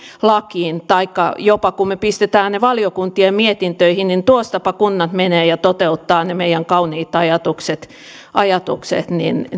lakiin taikka jopa kun me pistämme ne valiokunnan mietintöihin niin tuostapa kunnat menevät ja toteuttavat ne meidän kauniit ajatukset ajatukset